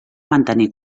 mantenir